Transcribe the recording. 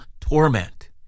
torment